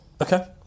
Okay